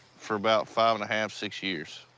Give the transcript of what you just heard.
for about five and a half, six years.